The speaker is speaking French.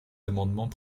amendements